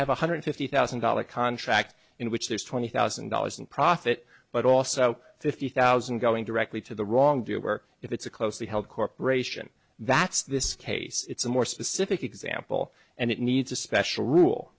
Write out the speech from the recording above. have one hundred fifty thousand dollars contract in which there's twenty thousand dollars in profit but also fifty thousand going directly to the wrongdoer if it's a closely held corporation that's this case it's a more specific example and it needs a special rule